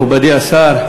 מכובדי השר,